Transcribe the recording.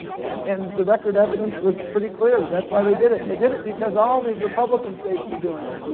and and the record evidence was pretty clear that that's why they did it. and they did it because all these republican states were doing it.